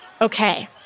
Okay